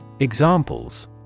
Examples